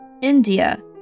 India